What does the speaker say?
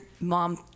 mom